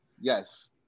Yes